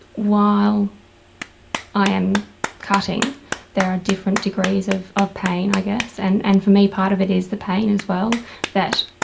while i am cutting there are different degrees of of pain i guess and and for me part of it is the pain as well that